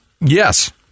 Yes